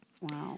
Wow